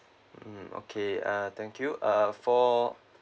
mm okay uh thank you uh for